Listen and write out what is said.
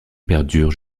perdure